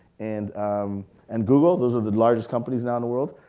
and um and google. those are the largest companies now in the world.